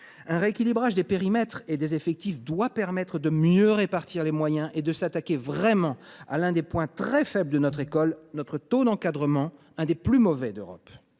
Un rééquilibrage des périmètres et des effectifs doit permettre de mieux répartir les moyens et de s’attaquer vraiment à l’un des points très faibles de notre école : notre taux d’encadrement, qui est l’un des plus mauvais d’Europe.